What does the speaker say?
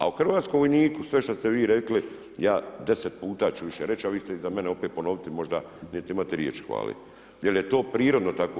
A o hrvatskom vojniku sve šta ste vi rekli ja deset puta ću više reć, a vi ćete iza mene opet ponoviti možda niti imate riječ hvale jer je to prirodno tako.